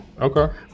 Okay